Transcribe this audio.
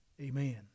Amen